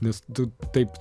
nes tu taip